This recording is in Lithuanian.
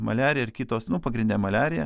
maliarija ir kitos nu pagrindinė maliarija